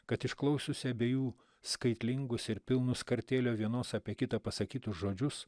kad išklausiusi abiejų skaitlingus ir pilnus kartėlio vienos apie kitą pasakytus žodžius